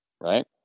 right